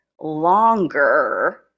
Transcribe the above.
longer